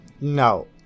No